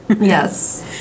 yes